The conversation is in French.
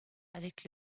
avec